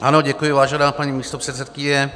Ano, děkuji, vážená paní místopředsedkyně.